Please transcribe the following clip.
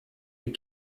les